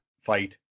fight